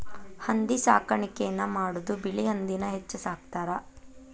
ಹಂದಿ ಸಾಕಾಣಿಕೆನ ಮಾಡುದು ಬಿಳಿ ಹಂದಿನ ಹೆಚ್ಚ ಸಾಕತಾರ